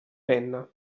penna